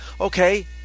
okay